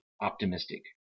optimistic